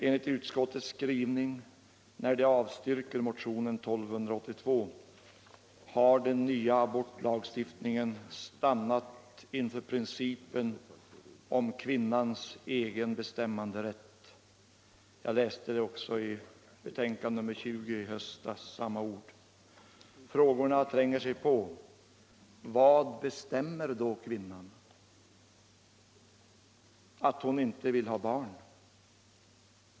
Enligt utskottets skrivning, när det avstyrkte motionen 1282, har den nya abortlagstiftningen stannat inför principen om kvinnans egen bestämmanderätt. Jag läste samma ord i betänkande nr 20 i höstas. Frågorna tränger sig på. Vad bestämmer då kvinnan? Att hon inte vill ha barn?